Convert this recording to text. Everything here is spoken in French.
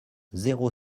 zéro